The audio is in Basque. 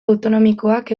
autonomikoak